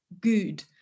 Good